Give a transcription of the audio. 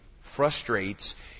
frustrates